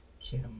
kim